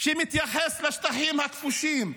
שמתייחס לשטחים הכבושים,